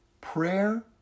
Prayer